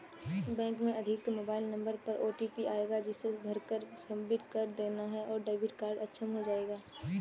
bank से अधिकृत mobile number पर ओटीपी आएगा जिसे भरकर सबमिट कर देना है और डेबिट कार्ड अक्षम हो जाएगा